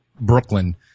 Brooklyn